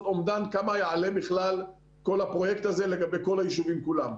אומדן כמה יעלה כל הפרויקט הזה לגבי כל היישובים כולם.